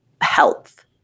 health